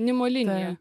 nimo liniją taip